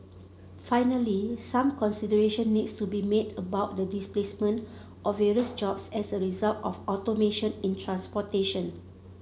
finally some consideration needs to be made about the displacement of various jobs as a result of automation in transportation